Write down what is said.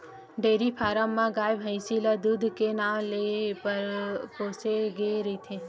dairy farm म गाय, भइसी ल दूद के नांव ले पोसे गे रहिथे